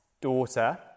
daughter